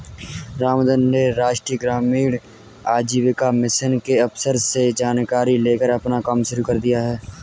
रामधन ने राष्ट्रीय ग्रामीण आजीविका मिशन के अफसर से जानकारी लेकर अपना कम शुरू कर दिया है